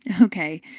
Okay